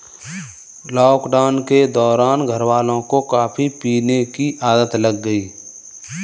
lockdown के दौरान घरवालों को कॉफी पीने की आदत लग गई